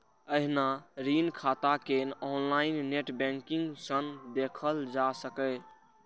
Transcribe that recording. एहिना ऋण खाता कें ऑनलाइन नेट बैंकिंग सं देखल जा सकैए